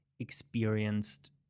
experienced